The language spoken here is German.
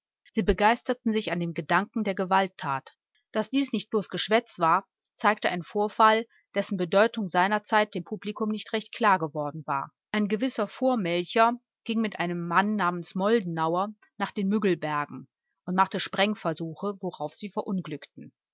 sie begeisterten sich an dem gedanken der gewalttat daß dies nicht bloß geschwätz war zeigte ein vorfall dessen bedeutung s z dem publikum nicht recht klar geworden war ein gewisser vormälcher ging mit einem mann namens moldenauer nach den müggelbergen und machte sprengversuche worauf sie verunglückten